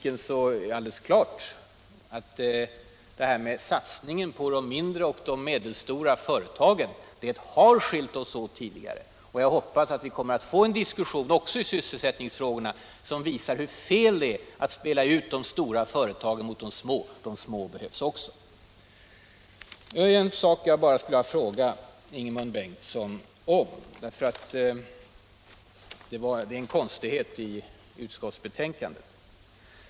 Men det är alldeles klart att när det gällt satsningen på de mindre och de medelstora företagen har våra uppfattningar skilt sig åt tidigare. Jag hoppas att vi också i sysselsättningsfrågorna kommer att få en diskussion som visar hur fel det är att spela ut de stora företagen mot de små — de små företagen behövs också. Det var en sak som jag skulle vilja fråga Ingemund Bengtsson om, en konstighet i utskottsbetänkandet.